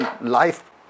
life